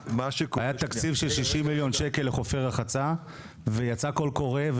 היה תקציב של 60 מיליון שקל לחופי רחצה ויצא קול קורא,